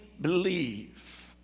believe